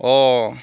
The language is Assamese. অঁ